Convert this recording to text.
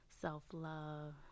self-love